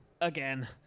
again